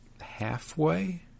halfway